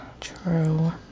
true